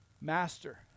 Master